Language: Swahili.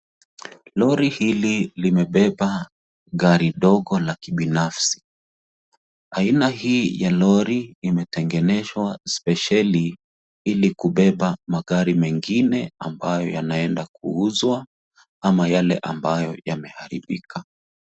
Lori hili limebeba gari ndogo ya kibinafsi aina hii ya Lori imetengenezwa spesheli ili kubeba magari mengine ambayo yanaenda kuuzwa ama Yale ambayo yameharibika.